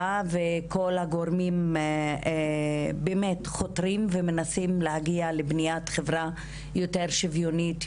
וכל הגורמים חותרים ומנסים להגיע לבניית חברה יותר שוויונית,